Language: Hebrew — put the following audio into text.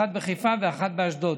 אחת בחיפה ואחת באשדוד.